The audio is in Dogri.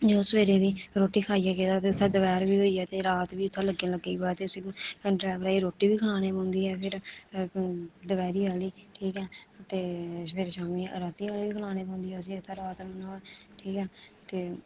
सवेरे दी रोटी खाइयै गेदा होए ते उत्थें दपैह्र बी होई जा ते रात बी लग्गी गेआ ते उसी ड्रैवरा गी रोटी बी खलाने पौंदी ऐ फिर दपैहरी आह्ली ठीक ऐ ते फिर शाम्मी रातीं आह्ली बी खलाने पौंदी ऐ उसी उत्थै रात रक्खना होऐ ठीक ऐ ते